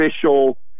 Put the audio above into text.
Official